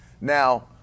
now